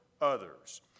others